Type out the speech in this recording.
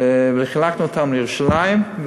וחילקנו אותם לירושלים,